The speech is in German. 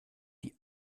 die